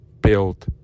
Build